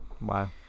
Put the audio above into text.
wow